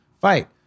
fight